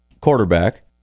quarterback